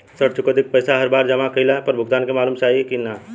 ऋण चुकौती के पैसा हर बार जमा कईला पर भुगतान के मालूम चाही की ना?